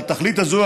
לתכלית הזו,